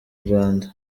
rwanda